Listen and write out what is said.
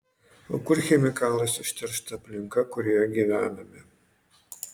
o kur chemikalais užteršta aplinka kurioje gyvename